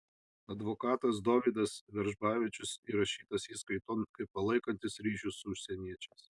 advokatas dovydas veržbavičius įrašytas įskaiton kaip palaikantis ryšius su užsieniečiais